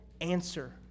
answer